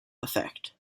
effect